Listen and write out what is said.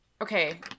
Okay